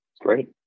Great